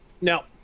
Now